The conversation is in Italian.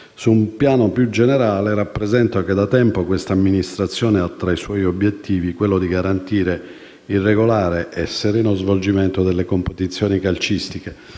Su un piano più generale, rappresento che da tempo questa Amministrazione ha tra i suoi obiettivi quello di garantire il regolare e sereno svolgimento delle competizioni calcistiche,